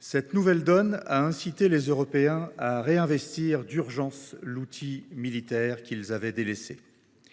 Cette nouvelle donne a incité les Européens à réinvestir d’urgence l’outil militaire qu’ils avaient délaissé.